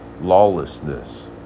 lawlessness